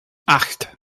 acht